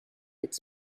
its